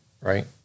right